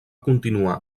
continuar